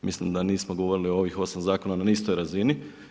Mislim da nismo govorili o ovih 8 zakona na istoj razini.